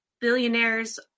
billionaires